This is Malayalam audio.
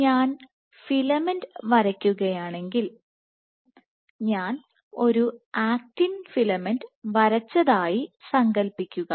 ഞാൻ ഫിലമെന്റ് വരയ്ക്കുകയാണെങ്കിൽ ഞാൻ ഒരു ആക്റ്റിൻ ഫിലമെന്റ് വരച്ചതായി സങ്കൽപ്പിക്കുക